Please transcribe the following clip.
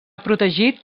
protegit